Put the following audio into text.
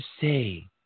say